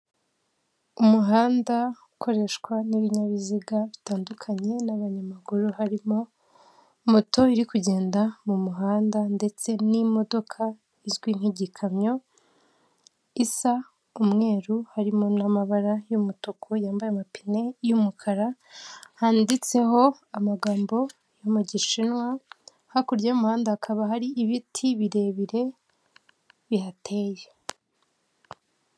Umuhanda ukoreshwa n'ibinyabiziga bitandukanye n'abanyamaguru harimo moto iri kugenda mu muhanda ndetse n'imodoka izwi nk'igikamyo, isa umweru harimo n'amabara y'umutuku yambaye amapine y'umukara, handitseho amagambo yo mu gishinwa hakurya y'umuhanda hakaba hari ibiti birebire bihateye.